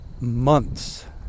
months